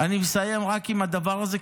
אני מסיים רק עם הדבר הזה,